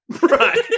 Right